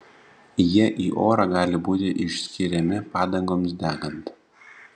jie į orą gali būti išskiriami padangoms degant